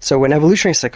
so when evolutionary psychologists